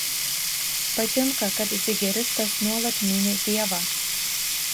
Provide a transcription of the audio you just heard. patinka kad zigeristas nuolat mini dievą